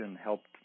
helped